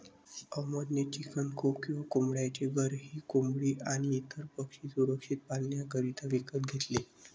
अहमद ने chicken coop किंवा कोंबड्यांचे घर ही कोंबडी आणी इतर पक्षी सुरक्षित पाल्ण्याकरिता विकत घेतले